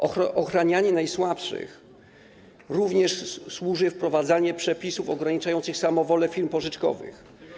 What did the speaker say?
Ochranianiu najsłabszych również służy wprowadzanie przepisów ograniczających samowolę firm pożyczkowych.